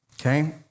okay